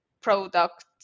product